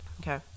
okay